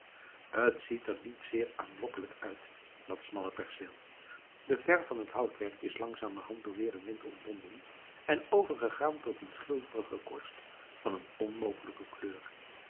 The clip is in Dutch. ziet er niet zeer aanlokkelijk uit dat smalle perceel de verf van het houtwerk is langzamerhand door weer en wind ontbonden en overgegaan tot een schilferige korst van een onmogelijke kleur